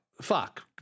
Fuck